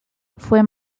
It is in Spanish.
fue